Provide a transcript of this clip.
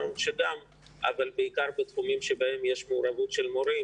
אבל בעיקר בתחומים שבהם יש מעורבות של מורים.